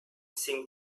seemed